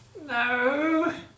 No